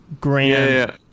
grand